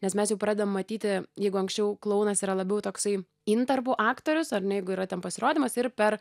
nes mes jau pradedam matyti jeigu anksčiau klounas yra labiau toksai intarpų aktorius ar ne jeigu yra ten pasirodymas ir per